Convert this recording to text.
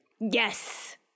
Yes